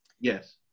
Yes